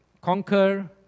conquer